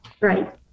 Right